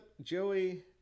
Joey